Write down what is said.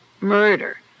murder